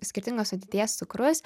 skirtingos sudėties cukrus